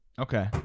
Okay